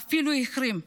זה אפילו החמיר.